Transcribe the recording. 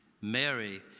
Mary